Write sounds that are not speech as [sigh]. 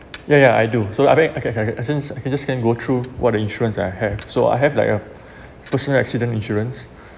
ya ya I do so I bank okay okay I get since I can just scan go through what the insurance that I have so I have like a [breath] personal accident insurance